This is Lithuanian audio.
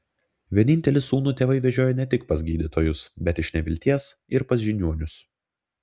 vienintelį sūnų tėvai vežiojo ne tik pas gydytojus bet iš nevilties ir pas žiniuonius